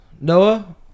Noah